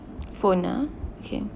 phone ah can